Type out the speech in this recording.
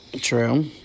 True